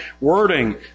wording